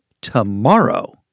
tomorrow